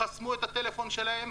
חסמו את הטלפון שלהם,